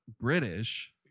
British